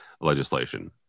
legislation